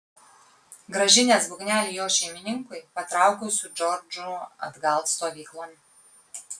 grąžinęs būgnelį jo šeimininkui patraukiau su džordžu atgal stovyklon